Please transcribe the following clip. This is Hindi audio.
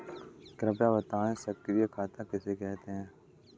कृपया बताएँ सक्रिय खाता किसे कहते हैं?